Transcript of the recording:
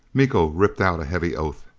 miko ripped out a heavy oath.